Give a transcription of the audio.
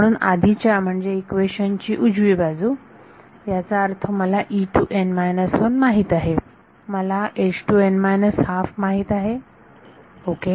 म्हणून आधीच्या म्हणजे इक्वेशन ची उजवी बाजू याचा अर्थ मला माहित आहे मला माहित आहे ओके